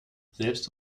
selbst